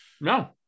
no